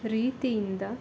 ರೀತಿಯಿಂದ